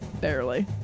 barely